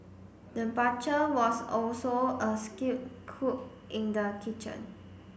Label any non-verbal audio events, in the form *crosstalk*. the *unintelligible* was also a skilled cook in the kitchen